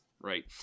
right